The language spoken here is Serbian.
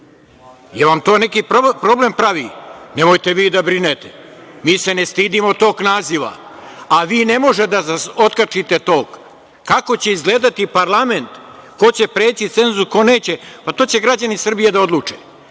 li vam to neki problem pravi? Nemojte vi da brinete, mi se ne stidimo toga naziva, a vi ne možete da se otkačite tog. Kako će izgledati parlament, ko će preći cenzus, ko neće, pa to će građani Srbije da odluče,